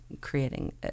creating